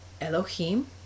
Elohim